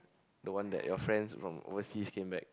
the one that your friends from overseas came back